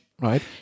right